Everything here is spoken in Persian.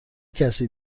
کسی